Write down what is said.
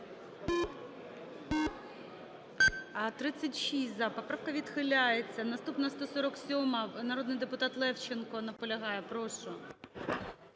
За-36 Поправка відхиляється. Наступна – 147-а. Народний депутат Левченко наполягає. Прошу.